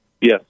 Yes